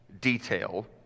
detail